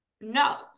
no